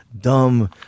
Dumb